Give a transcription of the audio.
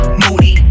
moody